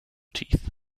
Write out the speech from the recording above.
teeth